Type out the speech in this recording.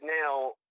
now